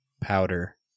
powder